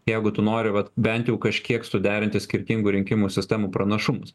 jeigu tu nori vat bent jau kažkiek suderinti skirtingų rinkimų sistemų pranašumus